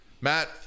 Matt